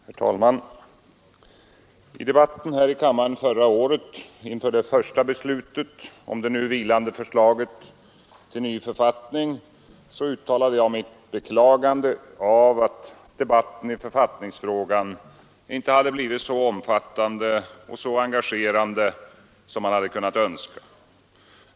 Herr talman! I debatten här i kammaren förra året inför det första beslutet om det nu vilande förslaget till ny författning uttalade jag mitt beklagande av att debatten i författningsfrågan inte blivit så omfattande och engagerande som man hade kunnat önska.